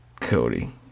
Cody